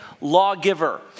lawgiver